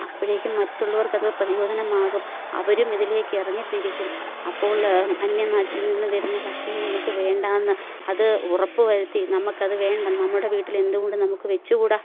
അപ്പോഴേക്കും മറ്റുള്ളവർക്കത് പ്രജോദനമാകും അവരും ഇതിലേക്കിറങ്ങിത്തിരിക്കും അപ്പോൾ അന്യനാട്ടിൽ നിന്ന് വരുന്ന ഭക്ഷണം നമുക്ക് വേണ്ടയെന്ന് അത് ഉറപ്പു വരുത്തി നമുക്കത് വേണ്ട നമ്മുടെ വീട്ടിലെന്തുകൊണ്ട് നമുക്ക് വച്ചുകൂട